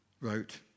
wrote